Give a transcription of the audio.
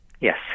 Yes